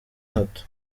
hato